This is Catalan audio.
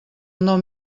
nom